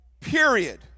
Period